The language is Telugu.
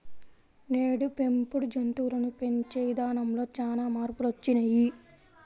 నేడు పెంపుడు జంతువులను పెంచే ఇదానంలో చానా మార్పులొచ్చినియ్యి